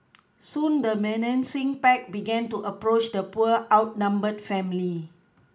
soon the menacing pack began to approach the poor outnumbered family